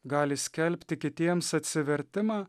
gali skelbti kitiems atsivertimą